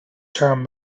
term